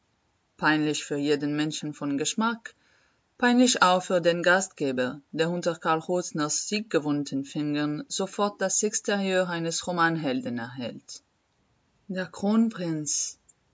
peinlich für jeden menschen von geschmack peinlich auch für den gastgeber der unter karl rosners sieggewohnten fingern sofort das exterieur eines romanhelden erhält der kronprinz